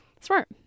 Smart